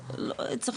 לא,